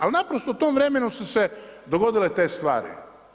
Ali naprosto u tom vremenu se dogodile te stvari.